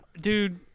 Dude